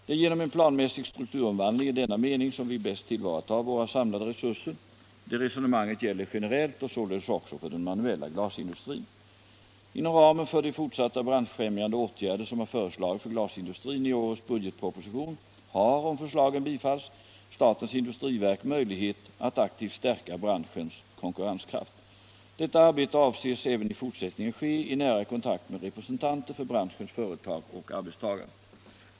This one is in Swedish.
Det är genom en planmässig strukturomvandling i denna mening som vi bäst tillvaratar våra samlade resurser. Det resonemanget gäller generellt och således också för den manuella glasindustrin. Inom ramen för de fortsatta branschfrämjande åtgärder som har föreslagits för glasindustrin i årets budgetproposition har — om förslagen bifalls — statens industriverk möjlighet att aktivt stärka branschens konkurrenskraft. Detta arbete avses även i fortsättningen ske i nära kontakt med representanter för branschens företag och arbetstagare.